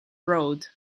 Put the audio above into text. road